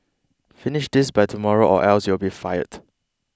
finish this by tomorrow or else you'll be fired